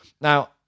now